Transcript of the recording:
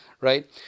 right